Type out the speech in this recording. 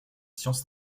sciences